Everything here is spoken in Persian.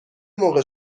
موقع